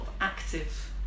active